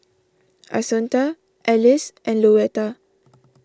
Assunta Ellis and Louetta